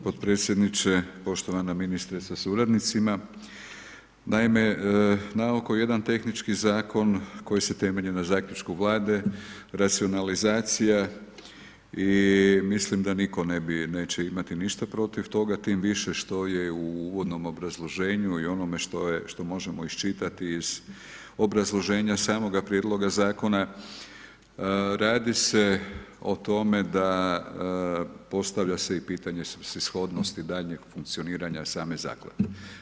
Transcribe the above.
Hvala podpredsjedniče, poštovana ministrice sa suradnicima, naime jedan tehnički zakon koji se temelji na zaključku Vlade, racionalizacija i mislim da nitko ne bi, neće imati ništa protiv toga tim više što je u uvodnom obrazloženju i onome što možemo iščitati iz obrazloženja samoga prijedloga zakona radi se o tome da postavlja se i pitanje svrsishodnosti daljnjeg funkcionira same zaklade.